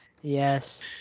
Yes